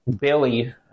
Billy